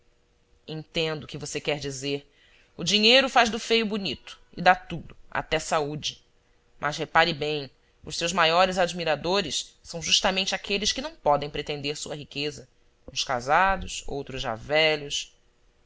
o que você quer dizer o dinheiro faz do feio bonito e dá tudo até saúde mas repare bem os seus maiores admiradores são justamente aqueles que não podem pretender sua riqueza uns casados outros já velhos